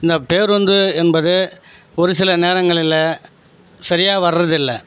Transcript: இந்த பேருந்து என்பது ஒரு சில நேரங்களில் சரியாக வர்றது இல்லை